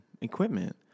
Equipment